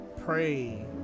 Pray